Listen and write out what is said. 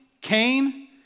Cain